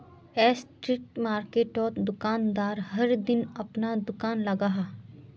street मार्किटोत दुकानदार हर दिन अपना दूकान लगाहा